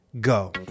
go